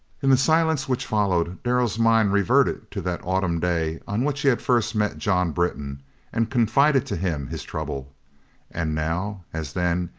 in the silence which followed darrell's mind reverted to that autumn day on which he had first met john britton and confided to him his trouble and now, as then,